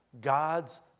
God's